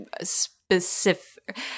specific